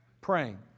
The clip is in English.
Praying